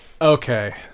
Okay